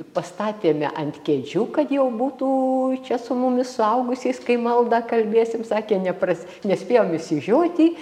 pastatėme ant kėdžių kad jau būtų čia su mumis suaugusiais kai maldą kalbėsim sakė nepras nespėjom išsižioti